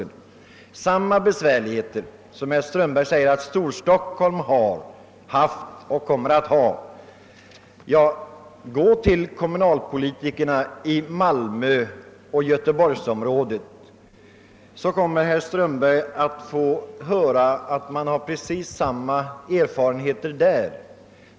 Med anledning av vad herr Strömberg säger om de besvärligheter Storstockholm har haft och kommer att ha vill jag säga till herr Strömberg: Gå till kommunalpolitikerna i Malmöoch Göteborgsområdena! Då kommer herr Strömberg att få höra att man har precis samma svårigheter där.